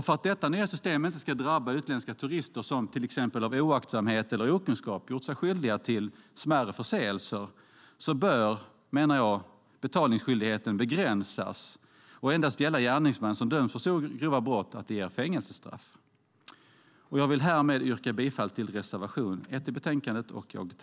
För att detta nya system inte ska drabba utländska turister som till exempel av oaktsamhet eller okunskap har gjort sig skyldiga till smärre förseelser bör, menar jag, betalningsskyldigheten begränsas och endast gälla gärningsmän som har dömts för så grova brott att det ger fängelsestraff. Jag yrkar härmed bifall till reservation 1 i betänkandet.